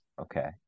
okay